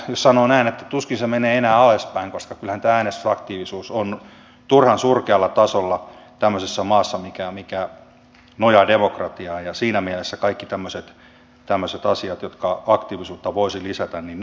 sanon näin että tuskin se menee enää alaspäin koska kyllähän tämä äänestysaktiivisuus on turhan surkealla tasolla tämmöisessä maassa mikä nojaa demokratiaan ja siinä mielessä kaikki tämmöiset asiat jotka aktiivisuutta voisivat lisätä ovat tervetulleita